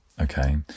okay